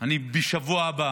בשבוע הבא